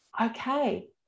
okay